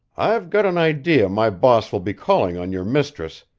i've got an idea my boss will be calling on your mistress,